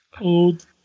old